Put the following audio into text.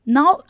Now